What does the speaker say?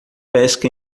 pesca